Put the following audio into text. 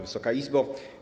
Wysoka Izbo!